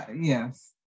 Yes